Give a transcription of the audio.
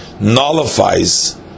nullifies